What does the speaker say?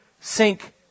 sink